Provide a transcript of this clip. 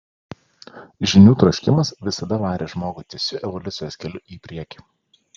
žinių troškimas visada varė žmogų tiesiu evoliucijos keliu į priekį